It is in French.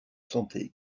santé